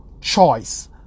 choice